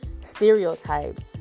stereotypes